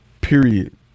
Period